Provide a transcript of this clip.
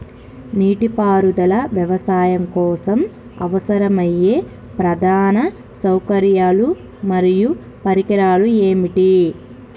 నీటిపారుదల వ్యవసాయం కోసం అవసరమయ్యే ప్రధాన సౌకర్యాలు మరియు పరికరాలు ఏమిటి?